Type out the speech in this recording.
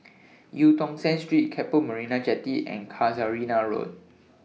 EU Tong Sen Street Keppel Marina Jetty and Casuarina Road